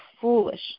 foolish